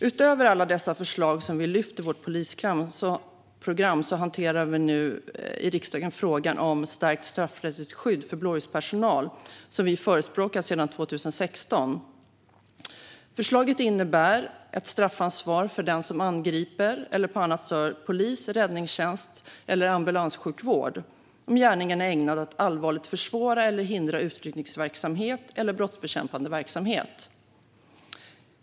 Utöver alla dessa förslag, som vi lyft fram i vårt polisprogram, hanterar vi nu i riksdagen frågan om ett stärkt straffrättsligt skydd för blåljuspersonal, som vi förespråkat sedan 2016. Förslaget innebär ett straffansvar för den som angriper eller på annat sätt stör polis, räddningstjänst eller ambulanssjukvård, om gärningen är ägnad att allvarligt försvåra eller hindra utryckningsverksamhet eller brottsbekämpande verksamhet.